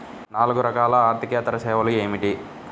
నాలుగు రకాల ఆర్థికేతర సేవలు ఏమిటీ?